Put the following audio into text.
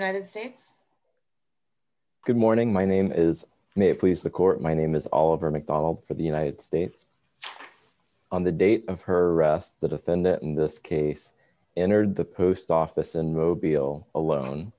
united states good morning my name is please the court my name is all over macdonald for the united states on the date of her arrest the defendant in this case entered the post office and row beale alone